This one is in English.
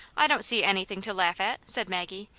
i don't see anything to laugh at, said maggie,